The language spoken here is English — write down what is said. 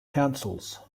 councils